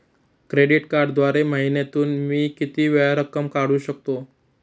Credit कार्डद्वारे महिन्यातून मी किती वेळा रक्कम काढू शकतो?